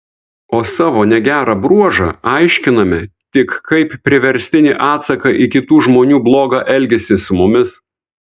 o savo negerą bruožą aiškiname tik kaip priverstinį atsaką į kitų žmonių blogą elgesį su mumis